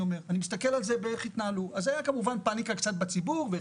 הייתה כמובן קצת פאניקה בציבור כי